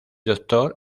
doctor